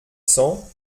cents